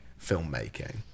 filmmaking